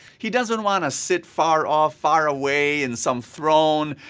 he doesn't want to sit far off, far away in some throne,